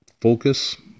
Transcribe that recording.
focus